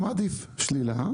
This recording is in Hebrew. עדיף שלילה?